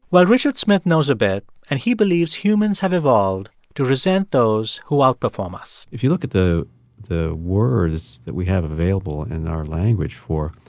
well, richard smith knows a bit, and he believes humans have evolved to resent those who outperform us if you look at the the words that we have available in our language for,